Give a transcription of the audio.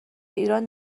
ایران